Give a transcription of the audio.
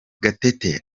gatete